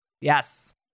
Yes